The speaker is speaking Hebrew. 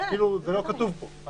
זה לא כתוב פה.